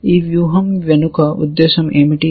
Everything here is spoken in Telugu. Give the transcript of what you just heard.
ఈ వ్యూహం వెనుక ఉద్దేశ్యం ఏమిటి